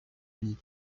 uni